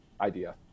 idea